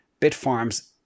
Bitfarms